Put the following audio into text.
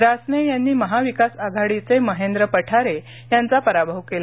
रासने यांनी महाविकास आघाडीचे महेंद्र पठारे यांचा पराभव केला